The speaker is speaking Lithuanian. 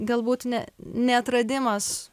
galbūt ne neatradimas